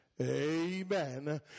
Amen